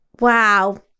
Wow